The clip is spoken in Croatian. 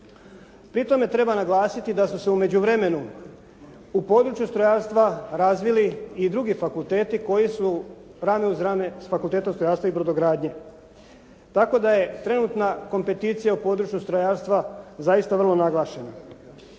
Pri tome treba naglasiti da su se u međuvremenu u području strojarstva razvili i drugi fakulteti koji su rame uz rame s Fakultetom strojarstva i brodogradnje. Tako da je trenutna kompetencija u području strojarstva zaista vrlo naglašena.